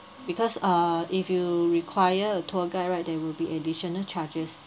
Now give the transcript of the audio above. because uh if you require a tour guide right there will be additional charges